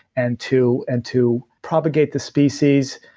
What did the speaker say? and to and to propagate the species.